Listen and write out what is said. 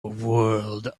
world